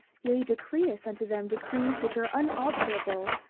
yea, decreeth unto them decrees which are unalterable,